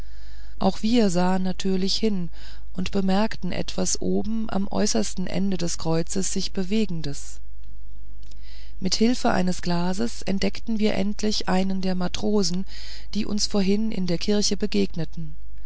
auch wir sahen natürlicherweise hin und bemerkten etwas oben am äußersten ende des kreuzes sich bewegendes mit hilfe eines glases entdeckten wir endlich einen der matrosen die uns vorhin in der kirche begegneten